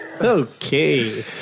Okay